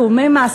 תיאומי מס,